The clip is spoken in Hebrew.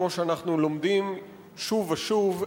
כמו שאנחנו לומדים שוב ושוב,